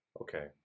Okay